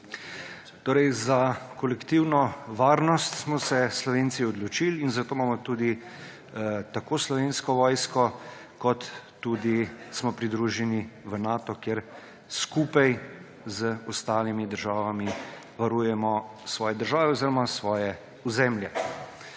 mestu. Za kolektivno varnost smo se Slovenci odločili in zato imamo tudi tako Slovensko vojsko kot tudi smo pridruženi v Nato, kjer skupaj z ostalimi državami varujemo svoje države oziroma svoje ozemlje.